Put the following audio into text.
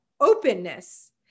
openness